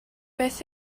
beth